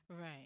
Right